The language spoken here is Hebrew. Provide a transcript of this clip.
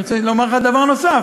ואני רוצה לומר לך דבר נוסף,